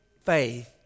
faith